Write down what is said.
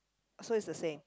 so is the same